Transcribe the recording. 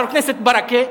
חבר הכנסת ברכה,